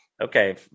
okay